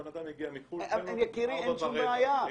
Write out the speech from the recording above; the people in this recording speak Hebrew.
(נשוא דברים בשפה האנגלית).